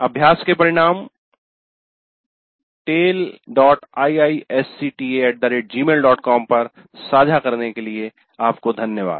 अभ्यास के परिणाम taleiisctagmailcom पर साझा करने के लिए आपको धन्यवाद